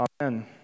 Amen